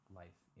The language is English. life